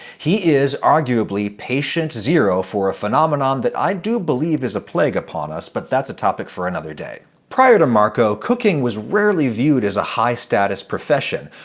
he is, arguably, patient zero for a phenomenon that i do believe is a plague upon us, but that's a topic for another day. prior to marco, cooking was rarely viewed as a high-status profession.